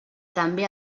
també